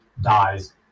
dies